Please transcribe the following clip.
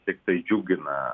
tiktai džiugina